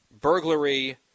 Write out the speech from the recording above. burglary